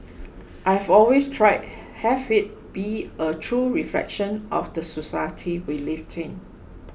I've always tried have it be a true reflection of the society we live in